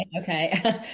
okay